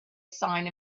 sign